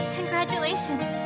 Congratulations